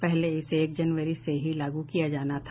पहले इसे एक जनवरी से ही लागू किया जाना था